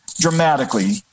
dramatically